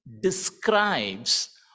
describes